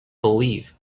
believe